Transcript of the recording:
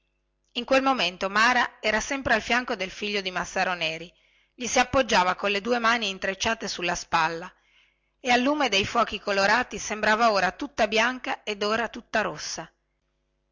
in quel momento mara era sempre al fianco del figlio di massaro neri gli si appoggiava colle due mani intrecciate sulla spalla e al lume dei fuochi colorati sembrava ora tutta bianca ed ora tutta rossa